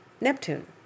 Neptune